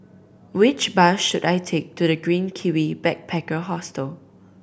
which bus should I take to The Green Kiwi Backpacker Hostel